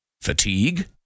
Fatigue